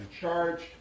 charged